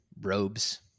robes